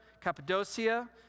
Cappadocia